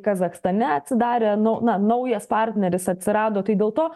kazachstane atsidarė nau na naujas partneris atsirado tai dėl to